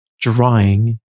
drying